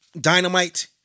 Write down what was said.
Dynamite